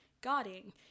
guarding